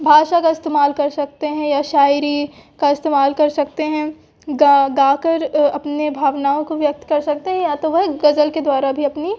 भाषा का इस्तेमाल कर सकते हैं या शायरी का इस्तेमाल कर सकते हैं गाकर अपने भावनाओं को व्यक्त कर सकते हैं या तो वह गज़ल के द्वारा भी अपनी